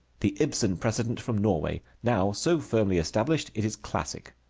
the ibsen precedent from norway, now so firmly established it is classic.